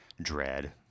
dread